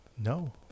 No